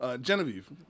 Genevieve